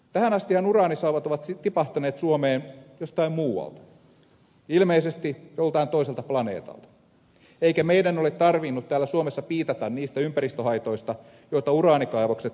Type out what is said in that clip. tähän astihan uraanisauvat ovat tipahtaneet suomeen jostain muualta ilmeisesti joltain toiselta planeetalta eikä meidän ole tarvinnut täällä suomessa piitata niistä ympäristöhaitoista joita uraanikaivokset ympäristöönsä aiheuttavat